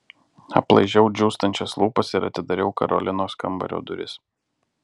aplaižiau džiūstančias lūpas ir atidariau karolinos kambario duris